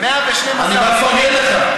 אני בא לפרגן לך.